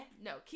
No